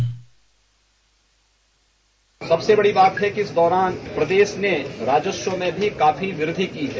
bite सबसे बड़ी बात है कि इस दौरान प्रदेश में राजस्व में भी काफी वृद्धि की है